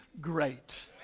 great